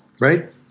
Right